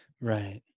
Right